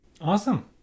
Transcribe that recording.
awesome